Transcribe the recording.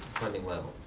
spending level.